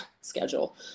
schedule